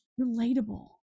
relatable